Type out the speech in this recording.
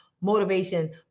motivation